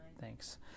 Thanks